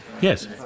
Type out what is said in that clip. Yes